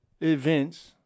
events